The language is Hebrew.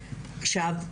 עכשיו,